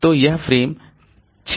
तो यह फ्रेम 6 बाद में लिखा जा सकता है